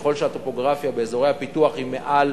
ככל שהטופוגרפיה באזורי הפיתוח מחייבת מעל